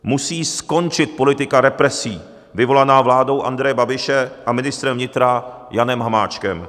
Musí skončit politika represí vyvolaná vládou Andreje Babiše a ministrem vnitra Janem Hamáčkem.